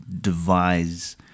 devise